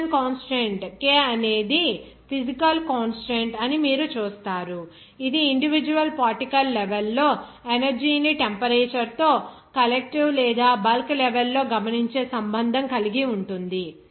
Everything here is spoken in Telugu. బోల్ట్జ్మాన్ కాన్స్టాంట్ K అనేది ఫీజికల్ కాన్స్టాంట్ అని మీరు చూస్తారు ఇది ఇండివిడ్యువల్ పార్టికల్ లెవెల్ లో ఎనర్జీ ని టెంపరేచర్ తో కలెక్టివ్ లేదా బల్క్ లెవెల్ లో గమనించే సంబంధం కలిగి ఉంటుంది